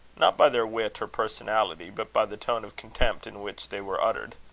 not by their wit or personality, but by the tone of contempt in which they were uttered.